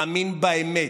מאמין באמת.